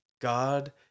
God